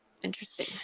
interesting